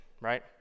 right